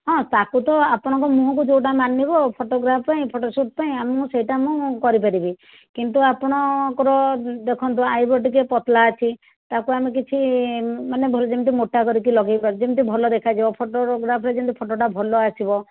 ହଁ ତାକୁ ତ ଆପଣଙ୍କ ମୁଁହକୁ ଯେଉଁଟା ମାନିବ ଫଟୋଗ୍ରାଫ ପାଇଁ ଫଟୋସୁଟ୍ ପାଇଁ ଆମେ ମୁଁ ସେଇଟା ମୁଁ କରିପାରିବି କିନ୍ତୁ ଆପଣଙ୍କର ଦେଖନ୍ତୁ ଆଇବ୍ରୋ ଟିକିଏ ପତଳା ଅଛି ତାକୁ ଆମେ କିଛି ମାନେ ଭଲ ଯେମିତି ମୋଟା କରିକି ଲଗାଇବା ଯେମିତି ଭଲ ଦେଖାଯିବ ଫଟୋଗ୍ରାଫରେ ଯେମିତି ଫଟୋଟା ଭଲ ଆସିବ